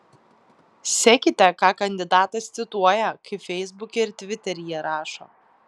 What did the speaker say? sekite ką kandidatas cituoja kaip feisbuke ir tviteryje rašo